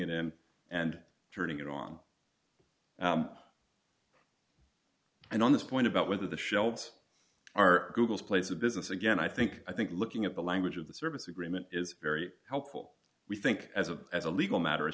it in and turning it on and on this point about whether the shelves are google's place of business again i think i think looking at the language of the service agreement is very helpful we think as a as a legal matter